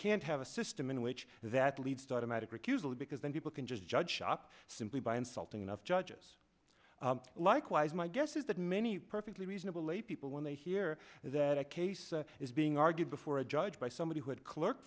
can't have a system in which that leads to automatic recusal because then people can just judge shock simply by insulting enough judges likewise my guess is that many perfectly reasonable lay people when they hear that a case is being argued before a judge by somebody who had clerk